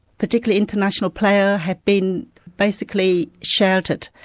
particularly international players, have been basically sheltered,